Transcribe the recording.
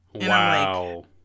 Wow